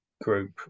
group